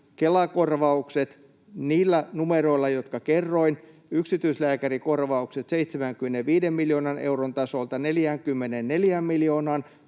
Kela-korvaukset niillä numeroilla, jotka kerroin: yksityislääkärikorvaukset 75 miljoonan euron tasolta 44 miljoonaan,